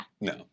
no